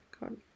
God